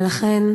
ולכן,